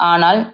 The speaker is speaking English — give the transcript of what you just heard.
Anal